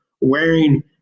wearing